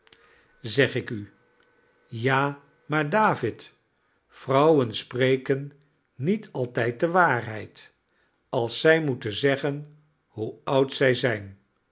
zeg ik u ja maar david vrouwen spreken niet altijd de waarheid als zij moeten zeggen hoe oud zij zijn